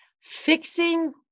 Fixing